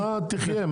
שהקטנה תחיה.